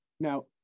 Now